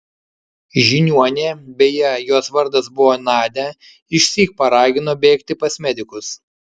žiniuonė beje jos vardas buvo nadia išsyk paragino bėgti pas medikus